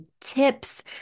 tips